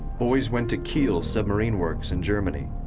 boys went to kiel submarine works in germany.